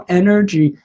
energy